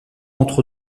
entre